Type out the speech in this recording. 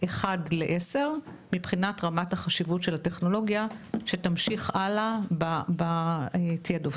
1-10 מבחינת רמת החשיבות של הטכנולוגיה שתמשיך הלאה בתעדוף,